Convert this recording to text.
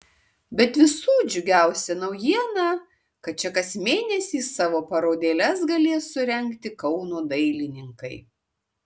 bet visų džiugiausia naujiena kad čia kas mėnesį savo parodėles galės surengti kauno dailininkai